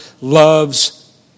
loves